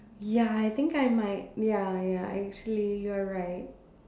ya I think I might ya ya actually you are right